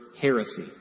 heresy